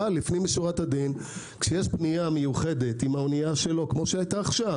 לפנים משורת הדין כשיש פנייה מיוחדת עם האוניה שלו כפי שהייתה עכשיו